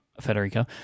Federico